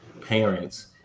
parents